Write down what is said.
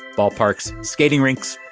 ballparks, skating rinks,